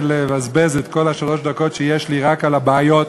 לבזבז את כל שלוש הדקות שיש לי רק על הבעיות